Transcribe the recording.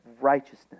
righteousness